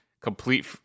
complete